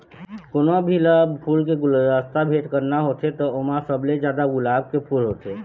कोनो भी ल फूल के गुलदस्ता भेट करना होथे त ओमा सबले जादा गुलाब के फूल होथे